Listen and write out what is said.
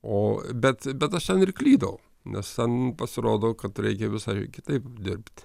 o bet bet aš ten ir klydau nes ten pasirodo kad reikia visai kitaip dirbt